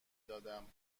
دادم